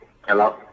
Hello